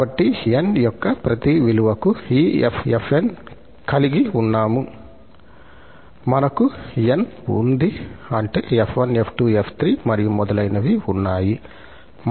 కాబట్టి 𝑛 యొక్క ప్రతి విలువకు ఈ 𝑓𝑛 కలిగి ఉన్నాము మనకు 𝑛 ఉంది అంటే 𝑓1 𝑓2 𝑓3 మరియు మొదలైనవి ఉన్నాయి